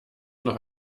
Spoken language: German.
noch